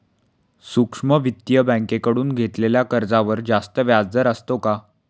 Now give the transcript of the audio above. सूक्ष्म वित्तीय बँकेकडून घेतलेल्या कर्जावर जास्त व्याजदर असतो का?